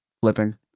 Flipping